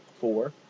Four